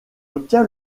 obtient